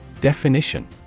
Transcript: Definition